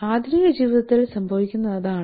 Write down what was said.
ആധുനിക ജീവിതത്തിൽ സംഭവിക്കുന്നത് അതാണ്